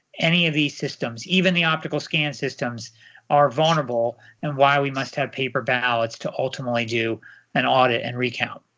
any of these systems, even the optical scan systems are vulnerable, and why we must have paper ballots to ultimately do an audit and recount.